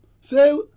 Say